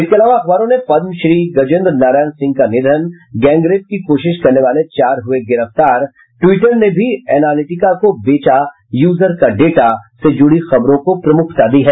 इसके अलावा अखबारों ने पद्मश्री गजेन्द्र नारायण सिंह का निधन गैंगरेप की कोशिश करने वाले चार हुए गिरफ्तार ट्वीटर ने भी एनालिटिका को बेचा यूजर का डेटा से जुड़ी खबरों को प्रमुखता दी है